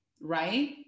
right